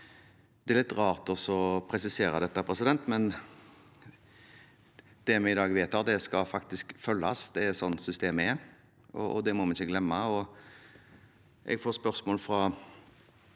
Det er litt rart å presisere dette, men det vi i dag vedtar, skal faktisk følges. Det er slik systemet er, og det må vi ikke glemme. Jeg får spørsmål fra